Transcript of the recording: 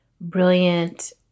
brilliant